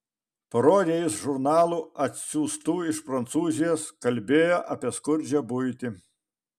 parodė jis žurnalų atsiųstų iš prancūzijos kalbėjo apie skurdžią buitį